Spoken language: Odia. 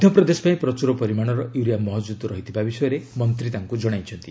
ମଧ୍ୟପ୍ରଦେଶ ପାଇଁ ପ୍ରଚୁର ପରିମାଣର ୟୁରିଆ ମହଜୁଦ୍ ରହିଥିବା ବିଷୟରେ ମନ୍ତ୍ରୀ ତାଙ୍କୁ ଜଣାଇଛନ୍ତି